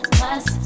plus